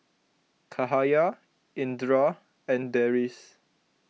Cahaya Indra and Deris